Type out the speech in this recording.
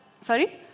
sorry